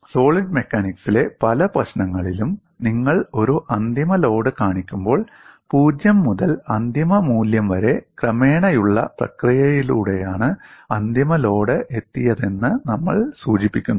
solid മെക്കാനിക്സിലെ പല പ്രശ്നങ്ങളിലും നിങ്ങൾ ഒരു അന്തിമ ലോഡ് കാണിക്കുമ്പോൾ 0 മുതൽ അന്തിമ മൂല്യം വരെ ക്രമേണയുള്ള പ്രക്രിയയിലൂടെയാണ് അന്തിമ ലോഡ് എത്തിയതെന്ന് നമ്മൾ സൂചിപ്പിക്കുന്നു